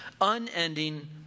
unending